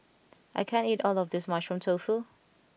I can't eat all of this Mushroom Tofu